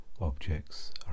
Objects